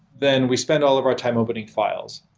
then we spend all of our time opening files.